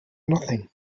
nothing